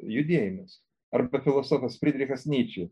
judėjimas arba filosofas fridrichas nyčė